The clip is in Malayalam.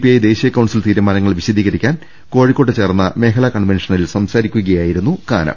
ഐ ദേശീയ കൌൺസിൽ തീരുമാനങ്ങൾ വിശദീകരിക്കാൻ കോഴിക്കോട്ട് ചേർന്ന മേഖലാ കൺവെൻഷനിൽ സംസാരിക്കുകയായിരുന്നു കാനം